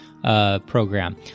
program